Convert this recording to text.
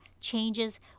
changes